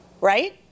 right